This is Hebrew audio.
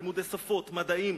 לימודי שפות ומדעים.